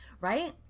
right